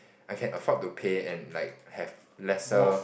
I can afford to pay and like have lesser